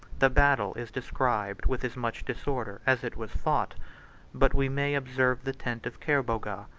the battle is described with as much disorder as it was fought but we may observe the tent of kerboga,